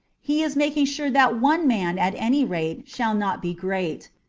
he is making sure that one man at any rate shall not be great.